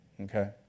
okay